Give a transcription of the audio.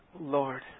Lord